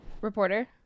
reporter